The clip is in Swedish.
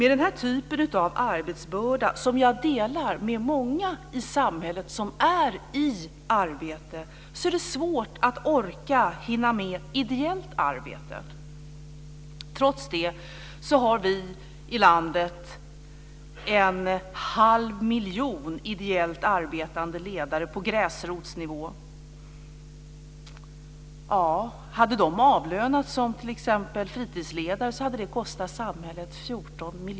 Med den här typen av arbetsbörda, som jag delar med många i samhället som är i arbete, är det svårt att orka och hinna med ideellt arbete. Trots det har vi i landet en halv miljon ideellt arbetande ledare på gräsrotsnivå.